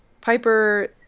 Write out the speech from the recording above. Piper